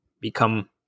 become